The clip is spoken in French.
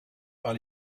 par